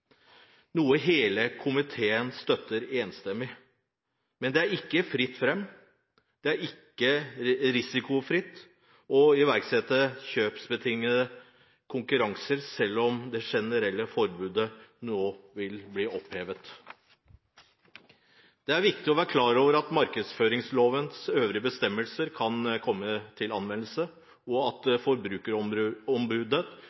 noe hele komiteen enstemmig støtter. Men det er ikke fritt fram – det er ikke risikofritt å iverksette kjøpsbetingede konkurranser, selv om det generelle forbudet nå vil bli opphevet. Det er viktig å være klar over at markedsføringslovens øvrige bestemmelser kan komme til anvendelse, og at